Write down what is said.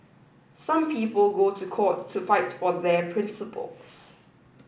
some people go to court to fight for their principles